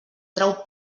trau